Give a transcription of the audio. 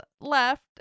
left